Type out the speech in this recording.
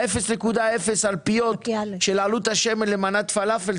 ה-0.0 אלפיות של עלות השמן למנת פלאפל,